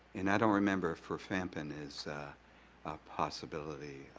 and i don't remember if rifampin is a possibility.